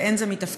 ואין זה מתפקידו.